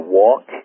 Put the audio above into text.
walk